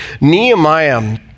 Nehemiah